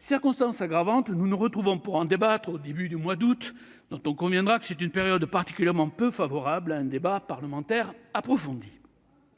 Circonstance aggravante, nous nous retrouvons pour en débattre au début du mois d'août, dont on conviendra qu'il s'agit d'une période particulièrement peu favorable à un débat parlementaire approfondi.